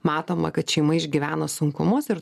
matoma kad šeima išgyvena sunkumus ir